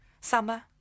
Summer